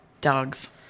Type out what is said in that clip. Dogs